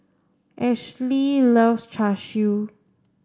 Ashli loves Char Siu